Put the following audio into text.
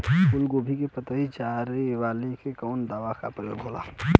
फूलगोभी के पतई चारे वाला पे कवन दवा के प्रयोग होई?